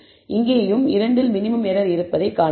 இங்கேயும் 2 இல் minimum error இருப்பதை காணலாம்